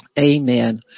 Amen